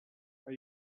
are